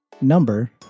number